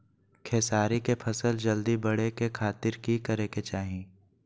खेसारी के फसल जल्दी बड़े के खातिर की करे के चाही?